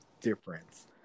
difference